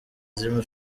zirimo